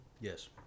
Yes